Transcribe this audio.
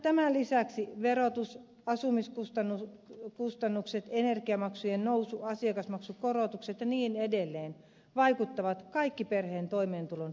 tämän lisäksi verotus asumiskustannukset energiamaksujen nousu asiakasmaksukorotukset ja niin edelleen vaikuttavat kaikki perheen toimeentulon riittävyyteen